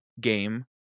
game